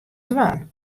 dwaan